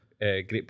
Great